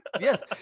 Yes